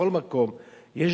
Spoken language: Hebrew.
בכל מקום יש,